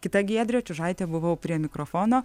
kita giedrė čiužaitė buvau prie mikrofono